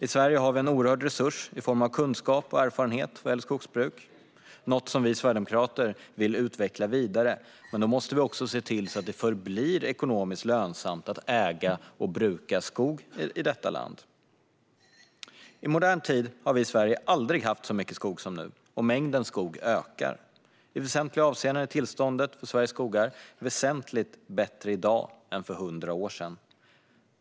I Sverige har vi en oerhörd resurs i form av kunskap och erfarenhet vad gäller skogsbruk. Det är något som vi sverigedemokrater vill utveckla vidare, men då måste vi också se till att det förblir ekonomiskt lönsamt att äga och bruka skog i detta land. I modern tid har vi i Sverige aldrig haft så mycket skog som nu, och mängden skog ökar. I väsentliga avseenden är tillståndet för Sveriges skogar väsentligt bättre i dag än för 100 år sedan.